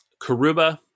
Karuba